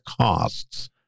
costs